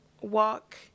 walk